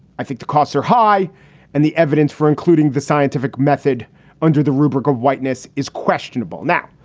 i think the costs are high and the evidence for including the scientific method under the rubric of whiteness is questionable. now,